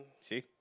See